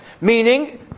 Meaning